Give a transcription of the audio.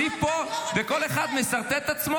כל אחד מוסיף פה וכל אחד מסרטט את עצמו